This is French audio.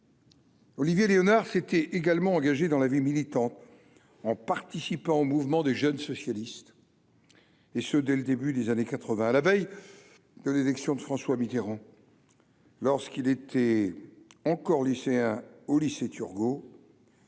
Olivier Léonard s'était également engagé dans la vie militante en participant au mouvement des jeunes socialistes, et ce dès le début des années 80 à la veille de l'élection de François Mitterrand lorsqu'il était encore lycéen au lycée Turgot.